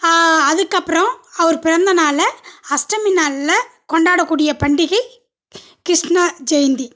அதுக்கப்புறம் அவர் பிறந்தநாளை அஷ்டமி நாளில் கொண்டாடக்கூடிய பண்டிகை கிருஷ்ண ஜெயந்தி